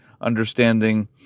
understanding